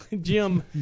Jim